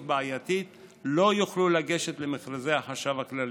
בעייתית לא יוכלו לגשת למכרזי החשב הכללי.